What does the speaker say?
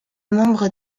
membre